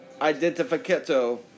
identificato